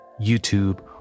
YouTube